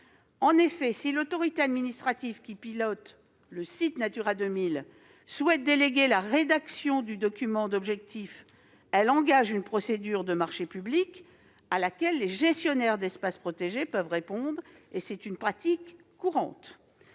Ensuite, si l'autorité administrative qui pilote le site Natura 2000 souhaite déléguer la rédaction du document d'objectifs, elle engage une procédure de marché public à laquelle les gestionnaires d'espaces protégés peuvent répondre- c'est une pratique courante.